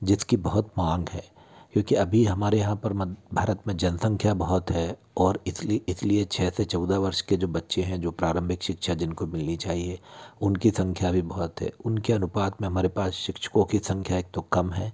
जिसकी बहुत मांग है क्योंकि अभी हमारे यहाँ पर मन् भारत में जनसंख्या बहुत है और इसलि इसलिए छः से चौदह वर्ष के जो बच्चे हैं जो प्रारम्बिक शिक्षा जिन को मिलनी चाहिए उनकी संख्या भी बहुत है उनके अनुपात में हमारे पास शिक्षकोें की संख्या एक तो कम है